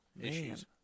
issues